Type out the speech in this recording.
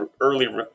early